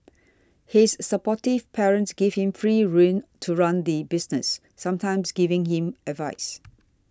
his supportive parents gave him free rein to run the business sometimes giving him advice